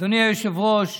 אדוני היושב-ראש,